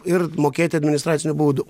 ir mokėti administracinių baudų